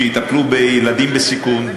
שיטפלו בילדים בסיכון,